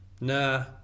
nah